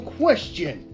question